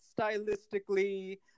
Stylistically